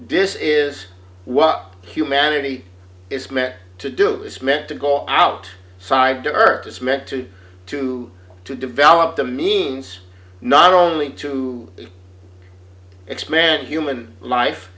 this is what humanity is meant to do it's meant to go out side the earth it's meant to to to develop the means not only to expand human life